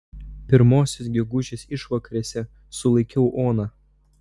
pirmosios gegužės išvakarėse sulaikiau oną